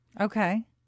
Okay